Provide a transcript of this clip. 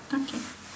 okay